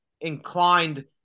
inclined